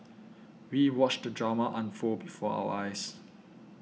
we watched drama unfold before our eyes